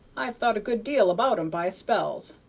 i've thought a good deal about em by spells.